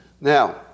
Now